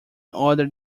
other